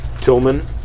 Tillman